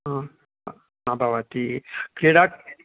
हा हा भवती क्रीडा